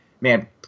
Man